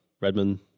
Redmond